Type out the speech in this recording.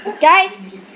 guys